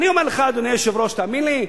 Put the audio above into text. אני אומר לך, אדוני היושב-ראש, תאמין לי,